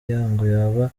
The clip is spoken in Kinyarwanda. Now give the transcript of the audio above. yaba